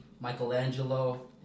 Michelangelo